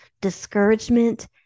discouragement